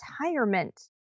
retirement